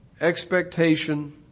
expectation